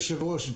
כבוד היושב-ראש,